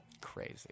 Crazy